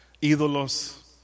ídolos